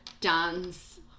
dance